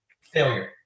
failure